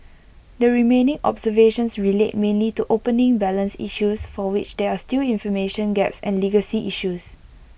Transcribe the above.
the remaining observations relate mainly to opening balance issues for which there are still information gaps and legacy issues